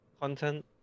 content